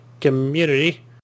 community